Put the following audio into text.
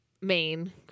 main